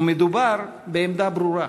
ומדובר בעמדה ברורה: